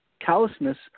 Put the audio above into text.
callousness